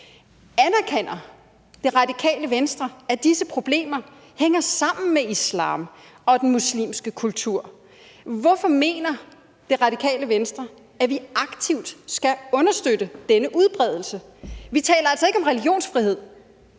Anerkender Det Radikale Venstre, at disse problemer hænger sammen med islam og den muslimske kultur? Hvorfor mener Det Radikale Venstre, at vi aktivt skal understøtte denne udbredelse? Vi taler altså ikke om religionsfrihed.